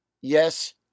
Yes